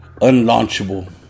unlaunchable